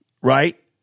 right